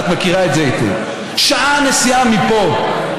את מכירה את זה היטב: שעה נסיעה מפה,